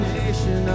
nation